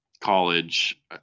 College